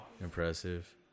impressive